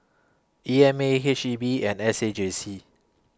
E M A H E B and S A J C